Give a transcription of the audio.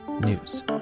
news